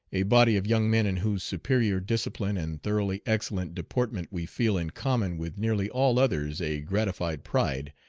a body of young men in whose superior discipline and thoroughly excellent deportment we feel in common with nearly all others a gratified pride,